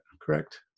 correct